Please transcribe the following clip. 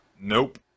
Nope